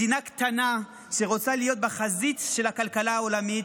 מדינה קטנה שרוצה להיות בחזית של הכלכלה העולמית,